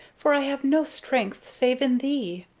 for i have no strength save in thee!